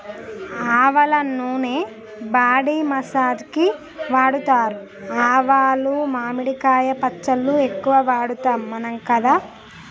ఆవల నూనె body massage కి వాడుతారు ఆవాలు మామిడికాయ పచ్చళ్ళ ఎక్కువ వాడుతాం మనం కదా